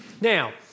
Now